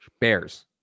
bears